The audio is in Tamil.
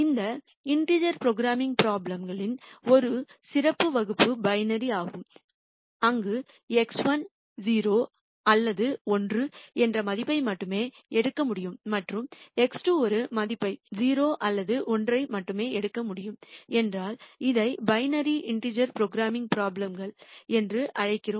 இந்த இன்டிஜேர் ப்ரோக்ராமிங் ப்ரோப்லேம் ளின் ஒரு சிறப்பு வகுப்பு பைனரி ஆகும் அங்கு x1 0 அல்லது 1 என்ற மதிப்பை மட்டுமே எடுக்க முடியும் மற்றும் x2 ஒரு மதிப்பை 0 அல்லது 1 மட்டுமே எடுக்க முடியும் என்றால் இதை பைனரி இன்டிஜேர் ப்ரோக்ராமிங் ப்ரோப்லேம் ள் என்று அழைக்கிறோம்